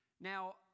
Now